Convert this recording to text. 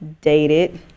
dated